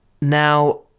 Now